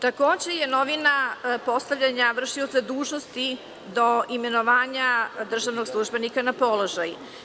Takođe je novina postavljanja vršioca dužnosti do imenovanja državnog službenika na položaj.